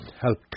help